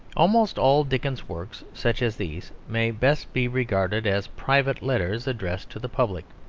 almost all dickens's works such as these may best be regarded as private letters addressed to the public.